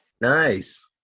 nice